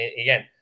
again